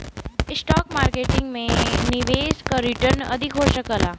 stock market में निवेश क रीटर्न अधिक हो सकला